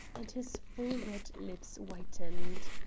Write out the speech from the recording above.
and his full red lips whitened.